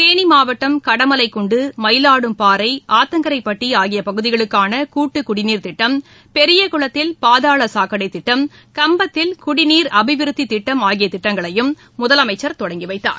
தேனி மாவட்டம் கடமலைக்குண்டு மயிலாடும்பாறை ஆத்தங்கரைப்பட்டி ஆகிய பகுதிகளுக்கான கூட்டு குடிநீர்த்திட்டம் பெரியக்குளத்தில் பாதாள சாக்கடைத்திட்டம் கம்பத்தில் குடிநீர் அபிவிருத்தித் திட்டம் ஆகிய திட்டங்களையும் முதலமைச்சர் தொடங்கிவைத்தார்